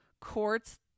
courts